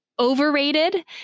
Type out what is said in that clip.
overrated